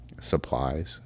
supplies